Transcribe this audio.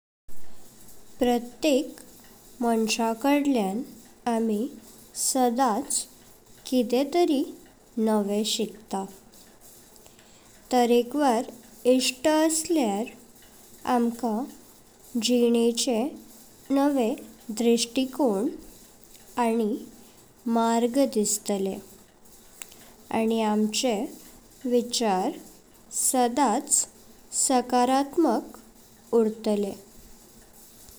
प्रत्येक माणसाकडल्यां आमी सदाच किदे तरी नवे शिकता। तारकवार इष्ट असल्यार आमका जिणेचे नवे दृष्टिकोन आनी मार्ग दिसतले आनी आमचे विचार सदाच सकारात्मक उरतलें।